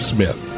Smith